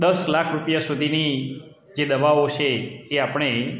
દસ લાખ રૂપિયા સુધીની જે દવાઓ છે એ આપણે